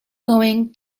going